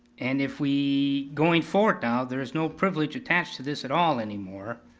and if we, going forward now, there is no privilege attached to this at all any more,